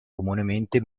comunemente